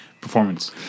performance